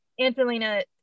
angelina